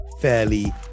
fairly